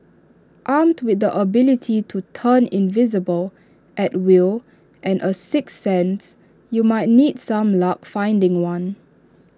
armed with the ability to turn invisible at will and A sixth sense you might need some luck finding one